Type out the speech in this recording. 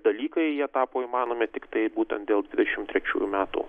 dalykai jie tapo įmanomi tiktai būtent dėl dvidešimt trečiųjų metų